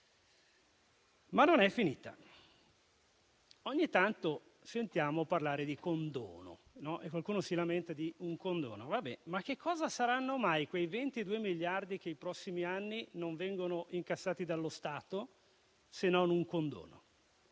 ma non è finita. Ogni tanto sentiamo parlare di condono e qualcuno se ne lamenta: ma cosa saranno mai quei 22 miliardi che nei prossimi anni non vengono incassati dallo Stato, se non un condono?